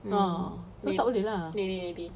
ya so tak boleh lah